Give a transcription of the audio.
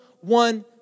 one